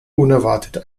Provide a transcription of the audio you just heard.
unerwartet